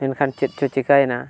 ᱢᱮᱱᱠᱷᱟᱱ ᱪᱮᱫ ᱪᱚ ᱪᱮᱠᱟᱭᱮᱱᱟ